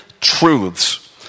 truths